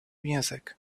music